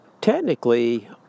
Technically